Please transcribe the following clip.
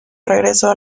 regresó